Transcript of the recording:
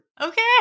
Okay